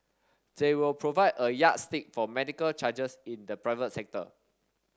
they will provide a yardstick for medical charges in the private sector